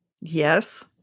Yes